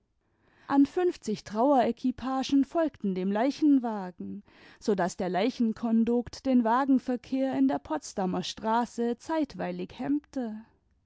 an fünfzig trauerequipagen folgten dem leichenwagen so daß der leichenkondukt den wagenverkehr in der potsdamerstraße zeitweilig hemmte